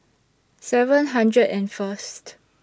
seven hundred and First